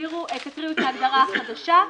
תקריאו את ההגדרה החדשה,